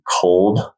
cold